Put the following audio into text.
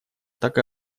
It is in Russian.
так